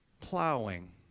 plowing